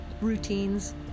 routines